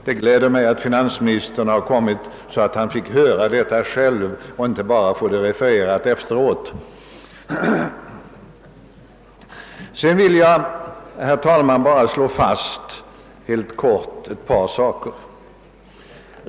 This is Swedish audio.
Det gläder mig att finansministern kommit, så att han fått höra detta själv och inte behöver få det refererat efteråt. Sedan will jag, herr talman, helt kortfattat slå fast några saker.